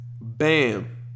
Bam